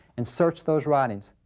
and searched those writings.